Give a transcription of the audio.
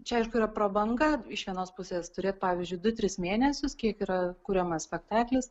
čia aišku yra prabanga iš vienos pusės turėt pavyzdžiui du tris mėnesius kiek yra kuriamas spektaklis